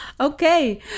Okay